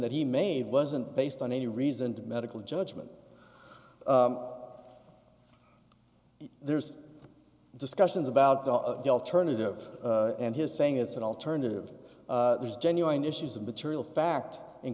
that he made wasn't based on any reason to medical judgment there's discussions about the alternative and his saying it's an alternative there's genuine issues of material fact